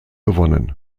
gewonnen